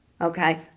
Okay